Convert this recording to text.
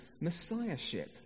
messiahship